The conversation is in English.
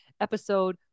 episode